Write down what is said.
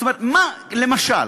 למשל,